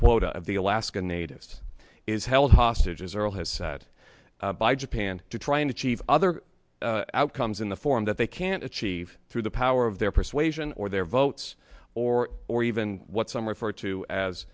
quota of the alaskan natives is held hostage as earl has sat by japan to try and achieve other outcomes in the form that they can achieve through the power of their persuasion or their votes or or even what some referred to as